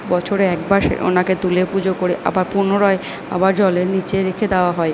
বছরে একবার ওনাকে তুলে পুজো করে আবার পুনরায় আবার জলের নিচেই রেখে দেওয়া হয়